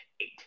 eight